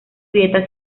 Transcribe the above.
dieta